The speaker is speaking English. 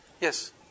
Yes